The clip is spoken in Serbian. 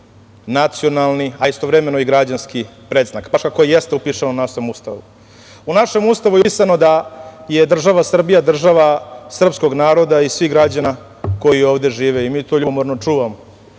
nacionalni, a i istovremeno i građanski predznak, baš kako je jeste upisano u našem Ustavu.U našem Ustavu je upisano da je država Srbija država srpskog naroda i svih građana koji ovde žive i mi to ljubomorno čuvamo.